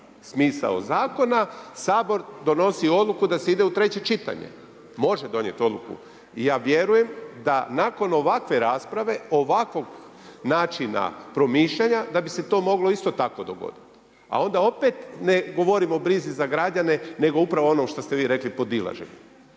smisao zakona Sabor donosi odluku da se ide u treće čitanje, može donijeti odluku. I ja vjerujem da nakon ovakve rasprave, ovakvog načina promišljanja da bi se to moglo isto tako dogoditi. A onda opet ne govorimo o brzi za građane nego upravo onom što ste vi rekli podilaženju.